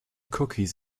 cookies